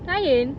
lion